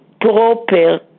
proper